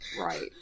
Right